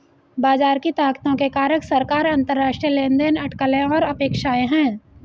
बाजार की ताकतों के कारक सरकार, अंतरराष्ट्रीय लेनदेन, अटकलें और अपेक्षाएं हैं